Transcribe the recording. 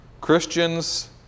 Christians